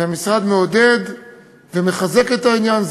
והמשרד מעודד ומחזק את העניין.